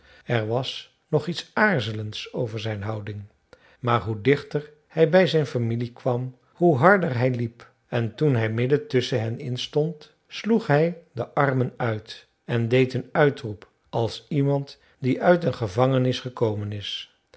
er was nog iets aarzelends over zijn houding maar hoe dichter hij bij zijn familie kwam hoe harder hij liep en toen hij midden tusschen hen in stond sloeg hij de armen uit en deed een uitroep als iemand die uit een gevangenis gekomen is